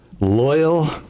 loyal